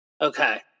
Okay